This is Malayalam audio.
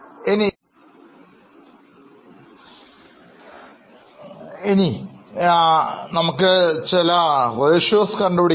ഇപ്പോൾ ഇത് ഉപയോഗിച്ച് നമുക്ക് ചില പ്രധാന അനുപാതങ്ങൾ കണക്കാക്കാം